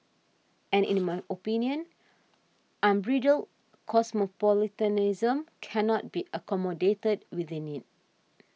and in my opinion unbridled cosmopolitanism cannot be accommodated within it